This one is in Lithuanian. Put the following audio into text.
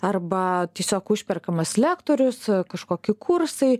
arba tiesiog užperkamas lektorius kažkokie kursai